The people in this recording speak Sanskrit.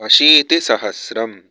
अशीतिसहस्रम्